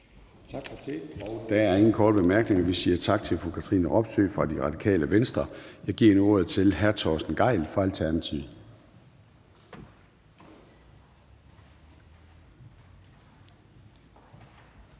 Tak for det. Der er ingen korte bemærkninger. Vi siger tak til fru Katrine Robsøe fra Radikale Venstre. Jeg giver nu ordet til hr. Torsten Gejl fra Alternativet.